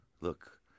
Look